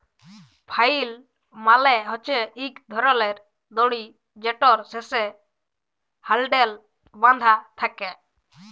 flail মালে হছে ইক ধরলের দড়ি যেটর শেষে হ্যালডেল বাঁধা থ্যাকে